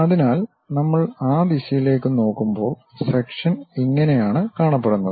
അതിനാൽ നമ്മൾ ആ ദിശയിലേക്ക് നോക്കുമ്പോൾ സെക്ഷൻ ഇങ്ങനെയാണ് കാണപ്പെടുന്നത്